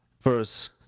verse